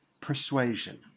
persuasion